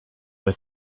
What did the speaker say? were